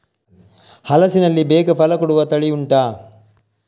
ಹಲಸಿನಲ್ಲಿ ಬೇಗ ಫಲ ಕೊಡುವ ತಳಿ ಉಂಟಾ